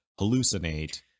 hallucinate